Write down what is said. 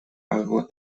albo